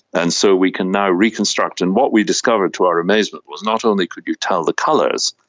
and so we can now reconstruct. and what we discovered to our amazement was not only could you tell the colours,